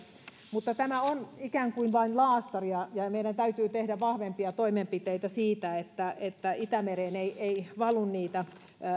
mutta tämä on ikään kuin vain laastaria ja ja meidän täytyy tehdä vahvempia toimenpiteitä että että itämereen ei ei valu niitä